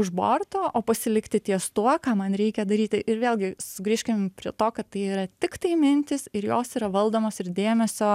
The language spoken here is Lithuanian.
už borto o pasilikti ties tuo ką man reikia daryti ir vėlgi sugrįžkim prie to kad tai yra tiktai mintys ir jos yra valdomos ir dėmesio